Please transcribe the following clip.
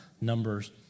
Numbers